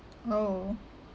oh